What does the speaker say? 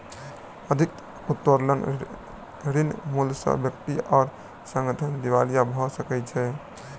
अधिक उत्तोलन ऋण मूल्य सॅ व्यक्ति वा संगठन दिवालिया भ सकै छै